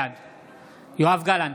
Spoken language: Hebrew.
בעד יואב גלנט,